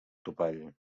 topall